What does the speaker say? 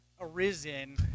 arisen